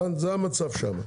זה המצב שם.